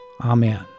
Amen